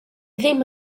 ddim